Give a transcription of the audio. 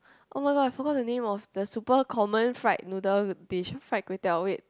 [oh]-my-god I forgot the name of the super common fried noodle dish fried kway-teow wait